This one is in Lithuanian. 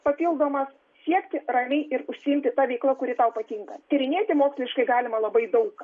papildomas siekti ramiai ir užsiimti ta veikla kuri tau patinka tyrinėti moksliškai galima labai daug ką